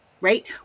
right